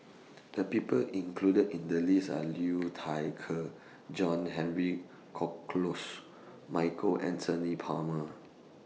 The People included in The list Are Liu Thai Ker John Henry Michael Anthony Palmer